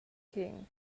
king